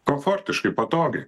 komfortiškai patogiai